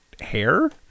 hair